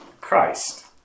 Christ